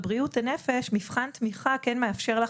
בבריאות הנפש מבחן תמיכה כן מאפשר לך,